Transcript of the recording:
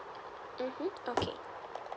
mmhmm okay